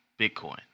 Bitcoin